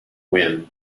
wynne